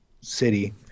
city